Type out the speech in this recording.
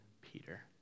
Peter